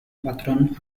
patrón